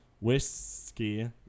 whiskey